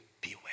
beware